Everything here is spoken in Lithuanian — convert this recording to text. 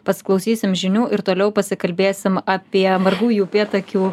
pasiklausysim žinių ir toliau pasikalbėsim apie margųjų upėtakių